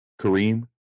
Kareem